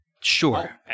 Sure